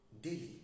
daily